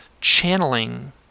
channeling